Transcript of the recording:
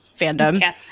fandom